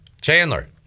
Chandler